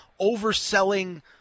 overselling